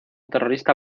terrorista